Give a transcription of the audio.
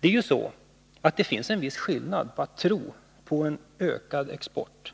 Det finns ändå en viss skillnad när det gäller att tro på att en ökad export